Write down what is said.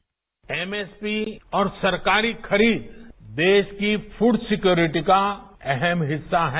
bite MSP और सरकारी खरीद देश की फूड सिक्योरिटी का अहम हिस्सा हैं